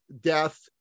death